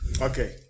Okay